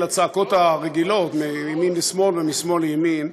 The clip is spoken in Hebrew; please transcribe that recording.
הצעקות הרגילות מימין לשמאל ומשמאל לימין.